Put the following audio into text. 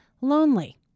lonely